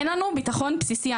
אין לנו ביטחון בסיסי.